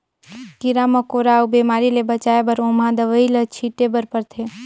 कीरा मकोरा अउ बेमारी ले बचाए बर ओमहा दवई ल छिटे बर परथे